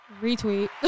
Retweet